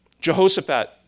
Jehoshaphat